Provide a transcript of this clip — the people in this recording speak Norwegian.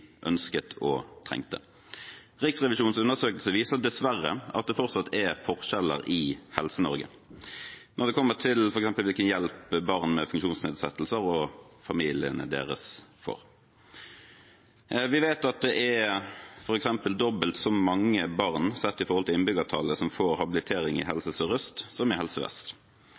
ønsket og trengte. Riksrevisjonens undersøkelse viser dessverre at det fortsatt er forskjeller i Helse-Norge når det gjelder f.eks. hvilken hjelp barn med funksjonsnedsettelser og familiene deres får. Vi vet at det f.eks. er dobbelt så mange barn, sett i forhold til innbyggertallet, som får habilitering i Helse Sør-Øst som i Helse Vest.